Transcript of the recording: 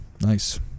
nice